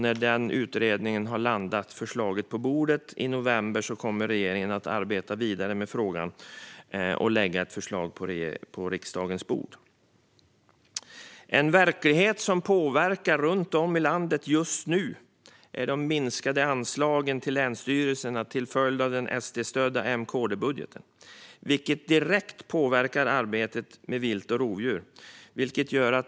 När den utredningen lägger fram sina slutsatser i november kommer regeringen att arbeta vidare med frågan och lägga ett förslag på riksdagens bord. En verklighet som påverkar runt om i landet just nu är de minskade anslagen till länsstyrelserna till följd av den SD-stödda M-KD-budgeten, vilket direkt påverkar arbetet med vilt och rovdjur.